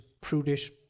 prudish